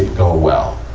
go well,